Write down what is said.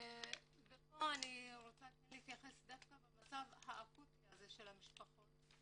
אני רוצה להתייחס דווקא למצב האקוטי של המשפחות,